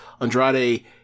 Andrade